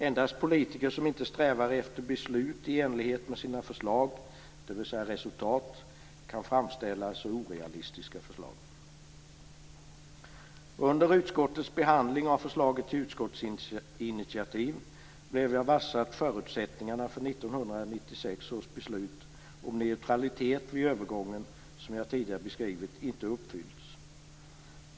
Endast politiker som inte strävar efter beslut i enlighet med sina förslag - dvs. resultat - kan framställa så orealistiska förslag. Under utskottets behandling av förslaget om ett utskottsinitiativ blev jag varse om att förutsättningarna för 1996 års beslut om neutralitet vid övergången - som jag tidigare beskrivit - inte uppfyllts.